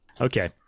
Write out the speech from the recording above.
Okay